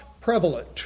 prevalent